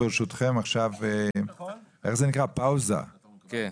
עכשיו רק